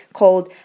called